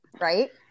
right